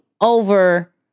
over